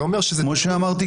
כמו שאמרתי קודם,